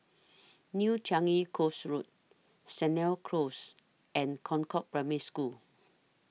New Changi Coast Road Sennett Close and Concord Primary School